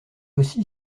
aussi